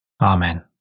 Amen